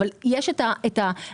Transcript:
אבל יש רגולציה,